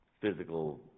physical